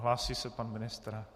Hlásí se pan ministr.